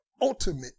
ultimate